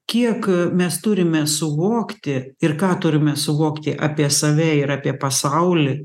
kiek mes turime suvokti ir ką turime suvokti apie save ir apie pasaulį